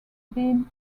been